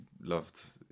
loved